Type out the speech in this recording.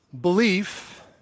Belief